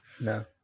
No